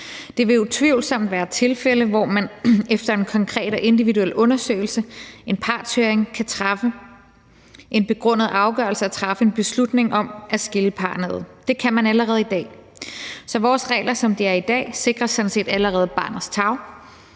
Der vil utvivlsomt være tilfælde, hvor man efter en konkret og individuel undersøgelse og en partshøring kan træffe en begrundet afgørelse om at skille parrene ad. Det kan man allerede i dag. Så vores regler, som de er i dag, sikrer sådan set allerede barnets tarv.